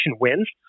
wins